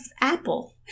Apple